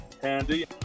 Handy